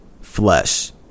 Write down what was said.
flesh